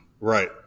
Right